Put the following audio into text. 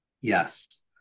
Yes